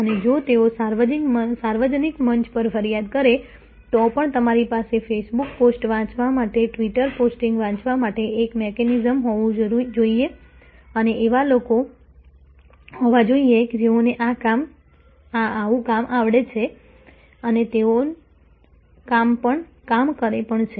અને જો તેઓ સાર્વજનિક મંચ પર ફરિયાદ કરે તો પણ તમારી પાસે ફેસબુક પોસ્ટ્સ વાંચવા માટે ટ્વિટર પોસ્ટિંગ્સ વાંચવા માટે એક મિકેનિઝમ હોવું જોઈએ અને એવા લોકો હોવા જોઈએ જેઓને આ આવું કામ આવડે છે અને તેઓ કામ કરે પણ છે